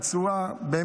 בצורה,